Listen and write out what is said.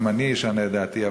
גם אני אשנה את דעתי.